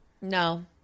no